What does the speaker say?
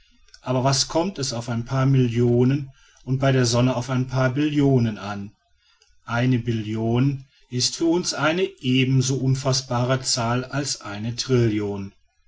aber was kommt es auf ein paar millionen und bei der sonne auf ein paar billionen an eine billion ist für uns eine ebenso unfaßbare zahl als eine trillion